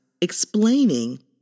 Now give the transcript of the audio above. explaining